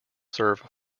serve